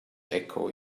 echo